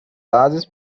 largest